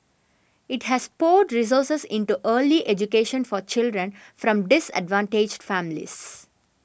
it has poured resources into early education for children from disadvantaged families